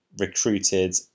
recruited